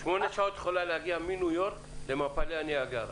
בשמונה שעות את יכולה להגיע מניו יורק למפלי הניאגרה.